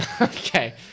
Okay